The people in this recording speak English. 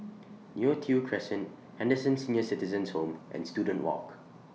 Neo Tiew Crescent Henderson Senior Citizens' Home and Student Walk